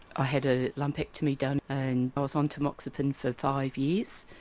i had a lumpectomy done and i was on tamoxifen for five years,